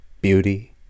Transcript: beauty